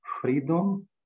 freedom